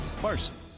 Parsons